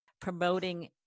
promoting